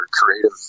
creative